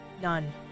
None